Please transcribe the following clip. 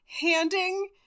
handing